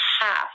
half